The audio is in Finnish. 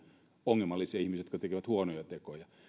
ongelmallisia ihmisiä jotka tekevät huonoja tekoja